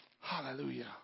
Hallelujah